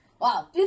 wow